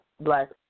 black